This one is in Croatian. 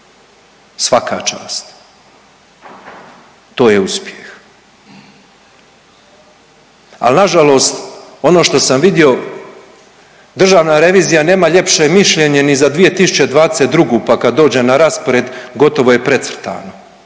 Svaka čast, to je uspjeh. Al' nažalost ono što sam vidio, državna revizija nema ljepše mišljenje ni za 2022. pa kad dođe na raspored, gotovo je precrtana